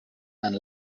and